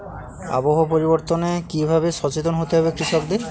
আবহাওয়া পরিবর্তনের কি ভাবে সচেতন হতে হবে কৃষকদের?